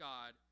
God